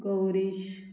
Gaurish